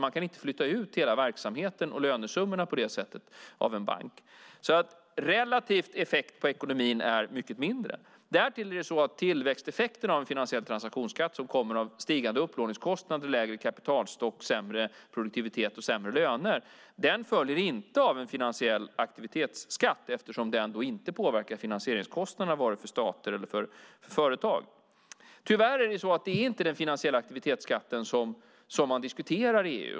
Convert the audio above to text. Man kan inte flytta ut hela verksamheten och lönesummorna på det sättet ur en bank, så den relativa effekten på ekonomin är mycket mindre. Tillväxteffekten av en finansiell transaktionsskatt som kommer av stigande upplåningskostnader, lägre kapitalstopp, sämre produktivitet och sämre löner följer inte av en finansiell aktivitetsskatt eftersom den inte påverkar finansieringskostnaderna för vare sig stater eller företag. Det är tyvärr inte den finansiella aktivitetsskatten som man diskuterar i EU.